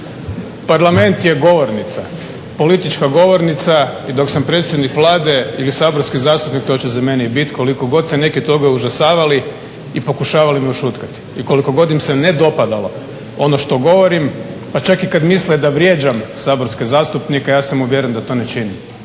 Parlament je govornica, politička govornica i dok sam predsjednik Vlade ili saborski zastupnik to će za mene i bit koliko god se neke toga užasavali i pokušavali me ušutkati i koliko god im se ne dopadalo ono što govorim pa čak i kad misle da vrijeđam saborske zastupnike. Ja sam uvjeren da to ne činim,